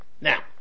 Now